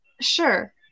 Sure